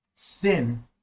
sin